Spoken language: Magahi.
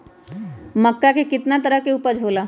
मक्का के कितना तरह के उपज हो ला?